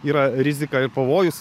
yra rizika ir pavojus